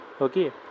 okay